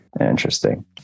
Interesting